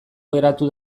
geratu